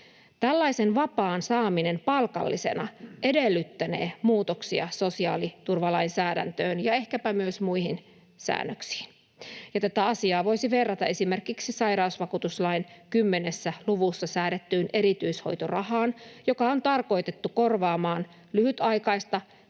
Tällaisen vapaan saaminen palkallisena edellyttänee muutoksia sosiaaliturvalainsäädäntöön ja ehkäpä myös muihin säännöksiin, ja tätä asiaa voisi verrata esimerkiksi sairausvakuutuslain 10 luvussa säädettyyn erityishoitorahaan, joka on tarkoitettu korvaamaan lyhytaikaista